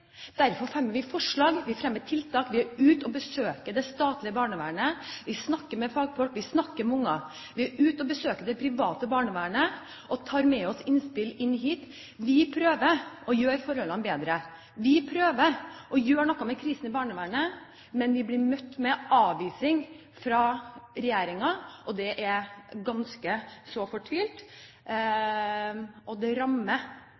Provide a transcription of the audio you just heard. Derfor fremmer vi forslag til tiltak, vi er ute og besøker det statlige barnevernet, vi snakker med fagfolk, vi snakker med barn, og vi er ute og besøker det private barnevernet og tar med oss innspill inn hit. Vi prøver å gjøre forholdene bedre, vi prøver å gjøre noe med krisen i barnevernet, men vi blir møtt med avvisning fra regjeringen. Det er ganske så fortvilt, og det rammer,